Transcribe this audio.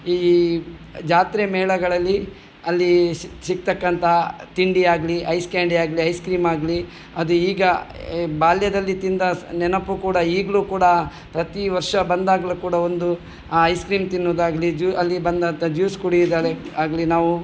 ಈ ಜಾತ್ರೆ ಮೇಳಗಳಲ್ಲಿ ಅಲ್ಲಿ ಸಿಕ್ತಕ್ಕಂಥ ತಿಂಡಿಯಾಗಲಿ ಐಸ್ ಕ್ಯಾಂಡಿಯಾಗಲಿ ಐಸ್ ಕ್ರೀಮಾಗಲಿ ಅದು ಈಗ ಬಾಲ್ಯದಲ್ಲಿ ತಿಂದ ಸ್ ನೆನಪು ಕೂಡ ಈಗಲೂ ಕೂಡ ಪ್ರತಿ ವರ್ಷ ಬಂದಾಗಲೂ ಕೂಡ ಒಂದು ಆ ಐಸ್ ಕ್ರೀಮ್ ತಿನ್ನೋದಾಗ್ಲಿ ಜ್ಯೂಅಲ್ಲಿ ಬಂದಂಥ ಜ್ಯೂಸ್ ಕುಡಿಯೋದಾರೆ ಆಗಲಿ ನಾವು